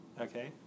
Okay